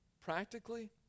practically